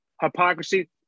hypocrisy